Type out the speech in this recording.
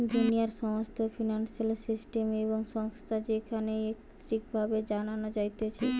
দুনিয়ার সমস্ত financial system এবং সংস্থা যেখানে একত্রিত ভাবে জানা যাতিছে